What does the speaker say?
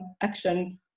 action